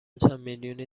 چندمیلیونی